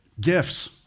gifts